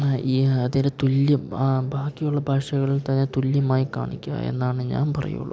ഈ അതിനു തുല്യം ബാക്കിയുള്ള ഭാഷകളിൽ തന്നെ തുല്യമായി കാണിക്കുക എന്നാണ് ഞാൻ പറയുള്ളൂ